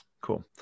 Cool